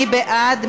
מי בעד?